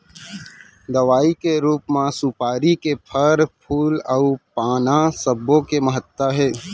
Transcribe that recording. दवई के रूप म सुपारी के फर, फूल अउ पाना सब्बो के महत्ता हे